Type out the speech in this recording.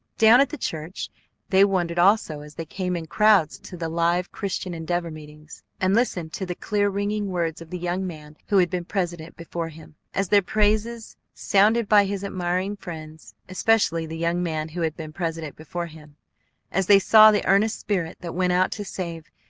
down at the church they wondered also as they came in crowds to the live christian endeavor meetings, and listened to the clear, ringing words of the young man who had been president before him as they praises sounded by his admiring friends, especially the young man who had been president before him as they saw the earnest spirit that went out to save,